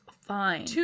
fine